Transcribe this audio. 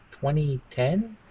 2010